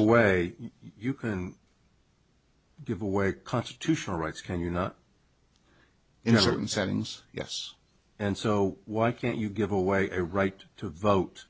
a way you can give away constitutional rights can you not in a certain settings yes and so why can't you give away a right to vote